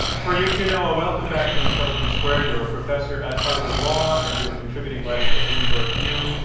for you, too, noah, welcome back to intelligence squared. you are a professor at harvard law and you're a contributing writer for bloomberg view.